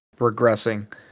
regressing